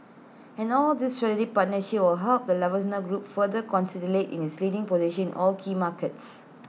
and all these strategic partnerships will help the Lufthansa group further consolidate in its leading position all key markets